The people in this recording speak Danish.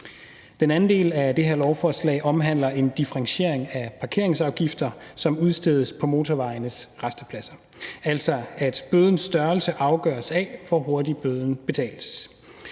Den anden del af det her lovforslag omhandler en differentiering af parkeringsafgifter, som udstedes på motorvejenes rastepladser, altså at bødens størrelse afgøres af, hvor hurtigt bøden betales.